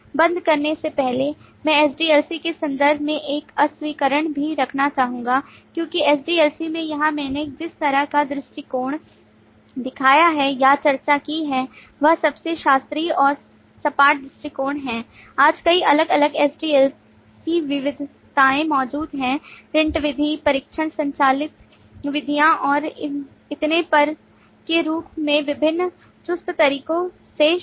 बंद करने से पहले मैं SDLC के संदर्भ में एक अस्वीकरण भी रखना चाहूंगा क्योंकि SDLC में यहां मैंने जिस तरह का दृष्टिकोण दिखाया है या चर्चा की है वह सबसे शास्त्रीय और सपाट दृष्टिकोण है आज कई अलग अलग SDLC विविधताएं मौजूद हैं प्रिंट विधि परीक्षण संचालित विधियों और इतने पर के रूप में विभिन्न चुस्त तरीकों से शुरू